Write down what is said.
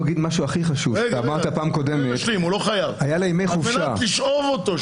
על מנת לשאוב אותו,